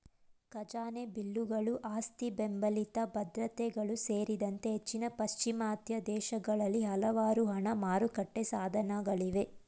ಖಜಾನೆ ಬಿಲ್ಲುಗಳು ಆಸ್ತಿಬೆಂಬಲಿತ ಭದ್ರತೆಗಳು ಸೇರಿದಂತೆ ಹೆಚ್ಚಿನ ಪಾಶ್ಚಿಮಾತ್ಯ ದೇಶಗಳಲ್ಲಿ ಹಲವಾರು ಹಣ ಮಾರುಕಟ್ಟೆ ಸಾಧನಗಳಿವೆ